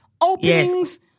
openings